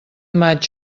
maig